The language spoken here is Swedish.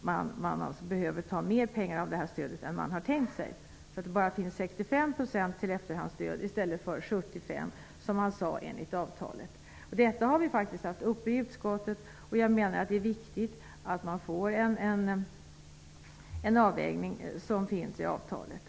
man behövt mer pengar än man har tänkt sig. Bara 65 % av stödet avser efterhandsstöd i stället för 75 % som man sade i avtalet. Detta har vi faktiskt haft uppe i utskottet, och jag menar att det är viktigt att man gör en avvägning, som det sägs i avtalet.